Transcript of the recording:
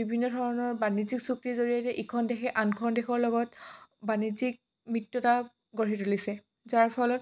বিভিন্ন ধৰণৰ বাণিজ্যিক চুক্তিৰ জৰিয়তে ইখন দেশে আনখন দেশৰ লগত বাণিজ্যিক মিত্ৰতা গঢ়ি তুলিছে যাৰ ফলত